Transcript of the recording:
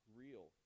real